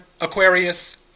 Aquarius